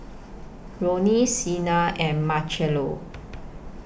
Lorne Sena and Marcello